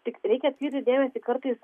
tik reikia atkreipti dėmesį kartais